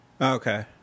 Okay